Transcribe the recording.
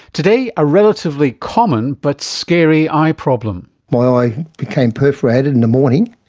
today, a relatively common but scary eye problem. my um eye became perforated in the morning,